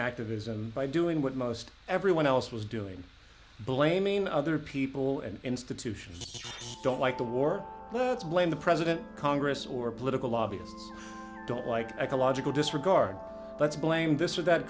activism by doing what most everyone else was doing blaming other people and institutions don't like the war let's blame the president congress or political lobbies don't like ecological disregard let's blame this or that